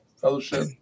fellowship